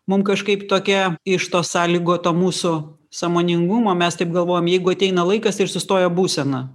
mum kažkaip tokia iš to sąlygoto mūsų sąmoningumo mes taip galvojam jeigu ateina laikas ir sustoja būsena